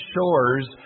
shores